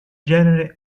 genere